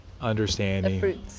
understanding